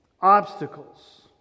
obstacles